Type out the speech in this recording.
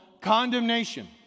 condemnation